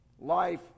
Life